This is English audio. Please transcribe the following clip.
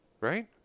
Right